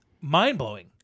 mind-blowing